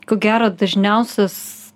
ko gero dažniausias